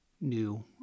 new